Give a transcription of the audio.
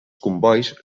combois